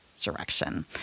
direction